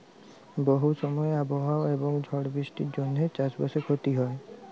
বহু সময় আবহাওয়া এবং ঝড় বৃষ্টির জনহে চাস বাসে ক্ষতি হয়